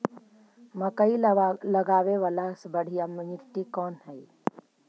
मकई लगावेला सबसे बढ़िया मिट्टी कौन हैइ?